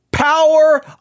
Power